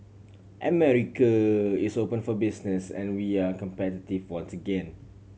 America is open for business and we are competitive once again